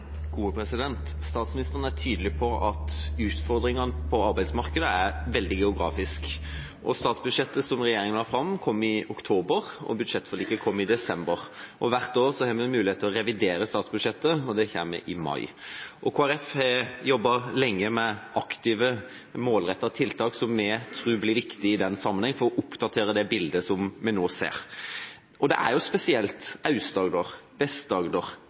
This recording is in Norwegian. tydelig på at utfordringene på arbeidsmarkedet er veldig geografisk ulike. Statsbudsjettet som regjeringa la fram, kom i oktober, og budsjettforliket kom i desember. Hvert år har vi muligheten til å revidere statsbudsjettet, og det kommer i mai. Kristelig Folkeparti har jobbet lenge med aktive, målrettede tiltak som vi tror blir viktige i den sammenheng, for å oppdatere det bildet som vi nå ser. Det er spesielt fylkene Aust-Agder, Vest-Agder, Rogaland, Hordaland og Møre og Romsdal som rammes sterkt i den nedgangen som er